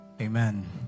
amen